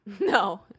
No